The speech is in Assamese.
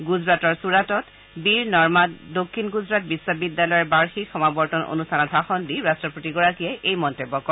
গুজৰাটৰ চুৰাটত বীৰ নৰ্মাদ দক্ষিণ গুজৰাট বিশ্ববিদ্যালয়ৰ বাৰ্ষিক সমাবৰ্তন অনুষ্ঠানত ভাষণ দি ৰট্টপতিগৰাকীয়ে এই মন্তব্য কৰে